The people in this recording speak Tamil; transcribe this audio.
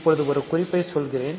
இப்பொழுது ஒரு குறிப்பை சொல்கிறேன்